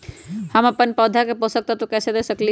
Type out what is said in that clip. हम अपन पौधा के पोषक तत्व कैसे दे सकली ह?